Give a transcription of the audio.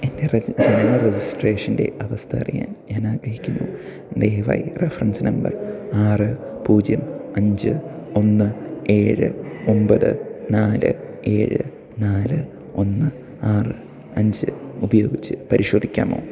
എൻ്റെ രജി ജനന രജിസ്ട്രേഷൻ്റെ അവസ്ഥ അറിയാൻ ഞാനാഗ്രഹിക്കുന്നു ദയവായി റഫറൻസ് നമ്പർ ആറ് പൂജ്യം അഞ്ച് ഒന്ന് ഏഴ് ഒൻപത് നാല് ഏഴ് നാല് ഒന്ന് ആറ് അഞ്ച് ഉപയോഗിച്ച് പരിശോധിക്കാമോ